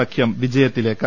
സഖ്യം വിജയത്തിലേക്ക്